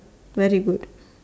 very good